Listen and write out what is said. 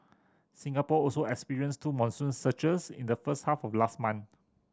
Singapore also experienced two monsoon surges in the first half of last month